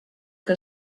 que